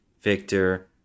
Victor